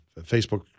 Facebook